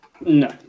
No